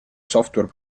software